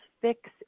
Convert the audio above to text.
fix